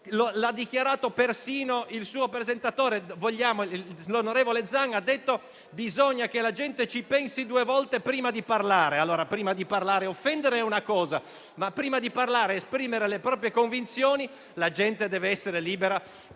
L'ha dichiarato persino il suo presentatore: l'onorevole Zan ha detto che bisogna che la gente ci pensi due volte prima di parlare. Prima di parlare e offendere è una cosa, ma prima di parlare ed esprimere le proprie convinzioni è un'altra cosa; la gente deve essere libera